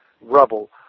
rubble